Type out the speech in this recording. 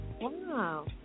Wow